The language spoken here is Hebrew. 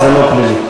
לא, זה לא פלילי.